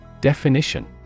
Definition